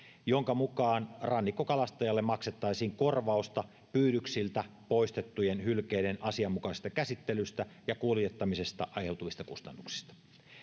jonka mukaan rannikkokalastajalle maksettaisiin korvausta pyydyksiltä poistettujen hylkeiden asianmukaisesta käsittelystä ja kuljettamisesta aiheutuvista kustannuksista